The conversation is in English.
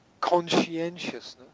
conscientiousness